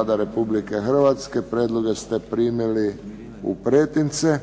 Hrvatske. Prijedloge ste primili u pretince.